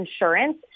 insurance